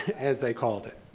as they called it.